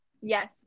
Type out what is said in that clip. Yes